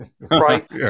Right